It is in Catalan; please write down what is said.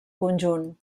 conjunt